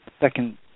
second